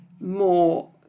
more